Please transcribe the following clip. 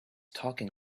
talking